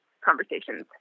conversations